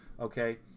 Okay